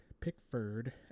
Pickford